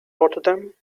rotterdam